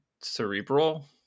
cerebral